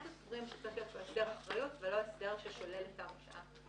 אנחנו סבורים שצריך להיות כאן הסדר אחריות ולא הסדר ששולל את ההרשאה.